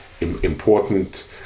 important